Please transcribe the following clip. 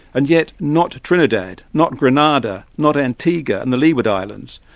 and yet not trinidad, not grenada, not antigua, and the leeward islands.